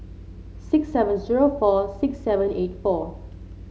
six seven zero four six seven eight four